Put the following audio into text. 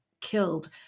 killed